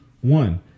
one